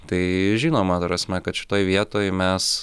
tai žinoma ta prasme kad šitoj vietoj mes